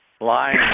lying